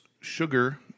sugar